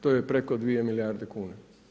To je preko 2 milijarde kuna.